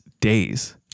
days